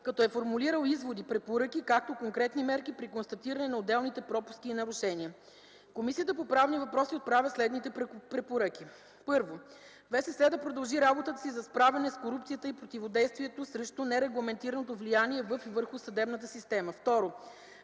като е формулирал изводи, препоръки, както конкретни мерки при констатиране на отделните пропуски и нарушения. Комисията по правни въпроси отправя следните препоръки: 1. Висшият съдебен съвет да продължи работата си за справяне с корупцията и противодействието срещу нерегламентираното влияние във и върху съдебната система. 2.